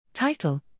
Title